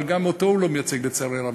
אבל גם אותו הוא לא מייצג, לצערי הרב.